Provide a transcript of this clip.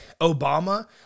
Obama